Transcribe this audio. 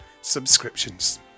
subscriptions